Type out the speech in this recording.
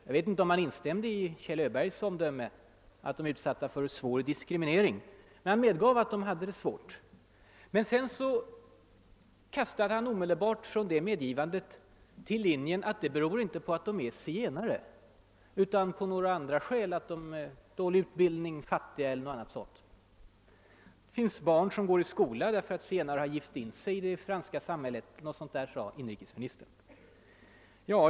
Jag vet inte om han instämmer i Kjell Öbergs omdöme att de är utsatta för »svår diskriminering», men han medgav att de hade det besvärligt. Sedan kastade han från detta medgivande omedelbart över till linjen att deras svåra förhållanden inte berodde på att de är zigenare utan på andra omständigheter: dålig utbildning, fattigdom o. d. Inrikesministern sade också någonting om att det finns zigenarbarn som går i skola, när zigenare gift sig med andra fransmän.